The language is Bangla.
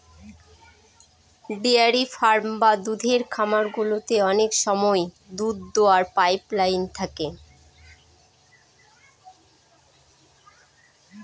ডেয়ারি ফার্ম বা দুধের খামার গুলোতে অনেক সময় দুধ দোওয়ার পাইপ লাইন থাকে